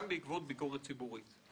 גם בעקבות ביקורת ציבורית...